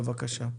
בבקשה.